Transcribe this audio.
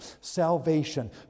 salvation